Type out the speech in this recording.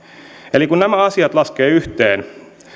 eli kun nämä asiat laskee yhteen